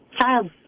child